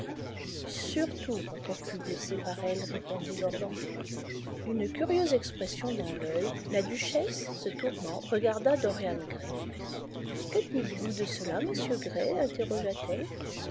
surtout quand on fut blessé par elle répondit lord henry une curieuse expression dans l'œil la duchesse se tournant regarda dorian gray que dites-vous de cela monsieur gray interro